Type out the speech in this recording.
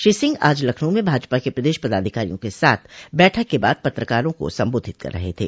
श्री सिंह आज लखनऊ में भाजपा के प्रदेश पदाधिकारियों के साथ बैठक के बाद पत्रकारों को संबोधित कर रहे थे